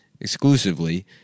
exclusively